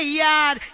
yard